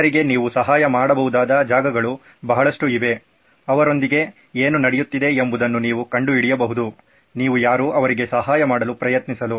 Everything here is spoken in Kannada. ಜನರಿಗೆ ನೀವು ಸಹಾಯ ಮಾಡಬಹುದಾದ ಜಾಗಗಳು ಬಹಳಷ್ಟು ಇವೆ ಅವರೊಂದಿಗೆ ಏನು ನಡೆಯುತ್ತಿದೆ ಎಂಬುದನ್ನು ನೀವು ಕಂಡುಹಿಡಿಯಬಹುದು ನೀವು ಯಾರು ಅವರಿಗೆ ಸಹಾಯ ಮಾಡಲು ಪ್ರಯತ್ನಿಸಲು